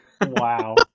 Wow